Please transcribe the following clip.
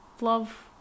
love